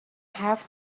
have